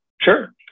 Sure